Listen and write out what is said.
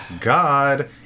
God